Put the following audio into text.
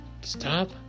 stop